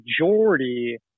majority